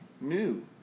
new